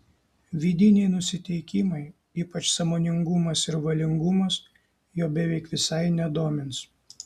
vidiniai nusiteikimai ypač sąmoningumas ir valingumas jo beveik visai nedomins